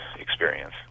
experience